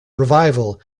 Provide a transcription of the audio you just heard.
revival